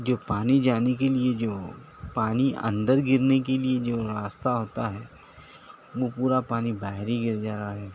جو پانی جانے کے لیے جو پانی اندر گرنے کے لیے جو راستہ ہوتا ہے وہ پورا پانی باہر ہی گر جا رہا ہے